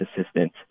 assistance